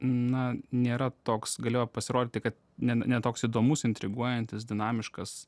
na nėra toks galėjo pasirodyti kad ne ne toks įdomus intriguojantis dinamiškas